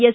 S